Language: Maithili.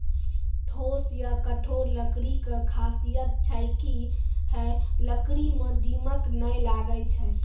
ठोस या कठोर लकड़ी के खासियत छै कि है लकड़ी मॅ दीमक नाय लागैय छै